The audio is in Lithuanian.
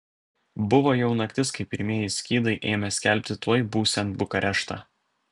buvo jau naktis kai pirmieji skydai ėmė skelbti tuoj būsiant bukareštą